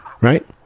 Right